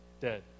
Dead